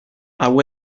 hau